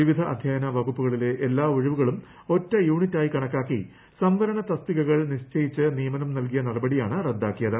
വിവിധ അധൃയന വകുപ്പുകളിലെ എല്ലാ ഒഴിവുകളും ഒറ്റ യൂണിറ്റായി കണക്കാക്കി സംവരണ തസ്തികകൾ നിശ്ചയിച്ച് നിയമനം നൽകിയ നടപടിയാണ് റദ്ദാക്കിയത്